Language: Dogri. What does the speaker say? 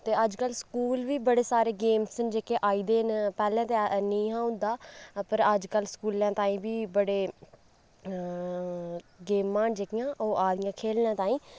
ते अजकल स्कूल बी बड़ी सारी गेमां न जेह्कियां आई दियां न पैह्लें ते नेईं हा औंदा पर अजकल स्कूलैं ताईं बी बड़ियां गेमां न जेह्कियां ओह् आवै दियां खेढने ताईं